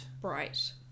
Bright